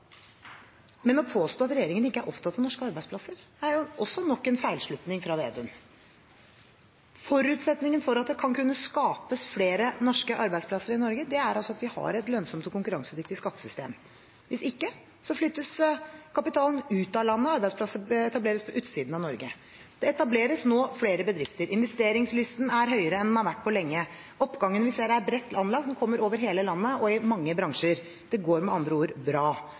Å påstå at regjeringen ikke er opptatt av norske arbeidsplasser, er nok en feilslutning fra Slagsvold Vedum. Forutsetningen for at det skal kunne skapes flere arbeidsplasser i Norge, er at vi har et lønnsomt og konkurransedyktig skattesystem. Hvis ikke vi har det, flyttes kapitalen ut av landet, og arbeidsplasser etableres på utsiden av Norge. Det etableres nå flere bedrifter, investeringslysten er høyere enn den har vært på lenge. Oppgangen vi ser, er bredt anlagt og kommer over hele landet og i mange bransjer. Det går med andre ord bra.